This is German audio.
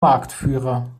marktführer